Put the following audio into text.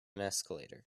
escalator